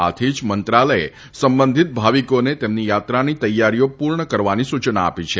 આથી જ મંત્રલયે સંબંધીત ભાવિકોને તેમની યાત્રાની તૈયારીઓ પૂર્ણ કરવાની સૂચના આપી છે